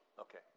Okay